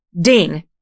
ding